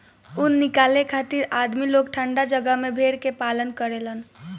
ऊन निकाले खातिर आदमी लोग ठंडा जगह में भेड़ के पालन करेलन